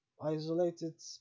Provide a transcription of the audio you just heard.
Isolated